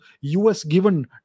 US-given